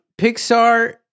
Pixar